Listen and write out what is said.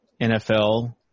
NFL